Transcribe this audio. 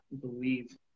believe